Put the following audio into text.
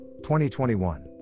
2021